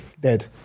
dead